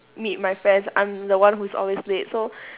meet my friends I'm the one who's always late so